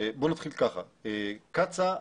בואי נתחיל ככה, קצא"א